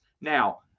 Now